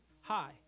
Hi